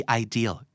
ideal